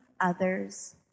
others